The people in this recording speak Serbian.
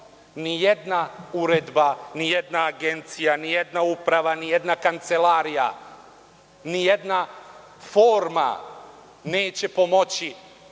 nijedna uredba, nijedna agencija, nijedna uprava, nijedna kancelarija, nijedna forma neće pomoći